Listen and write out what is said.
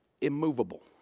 immovable